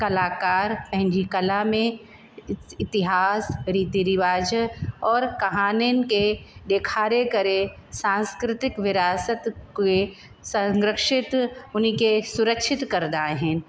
कलाकार पंहिंजी कला में इतिहास रिती रिवाज़ु और कहानियुनि खे ॾेखारे करे सांस्कृतिक विरासत में संग्रहित हुनखे सुरक्षित कंदा आहिनि